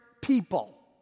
people